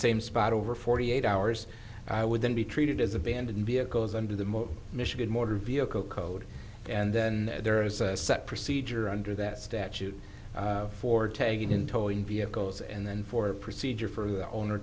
same spot over forty eight hours i would then be treated as abandoned vehicles under the most michigan motor vehicle code and then there is a set procedure under that statute for tagging in towing vehicles and then for a procedure for the owner